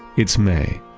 it's may,